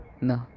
No